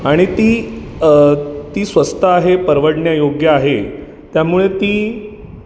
आणि ती ती स्वस्त आहे परवडण्यायोग्य आहे त्यामुळे ती